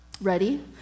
Ready